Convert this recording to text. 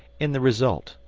in the result,